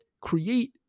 create